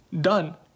done